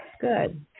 Good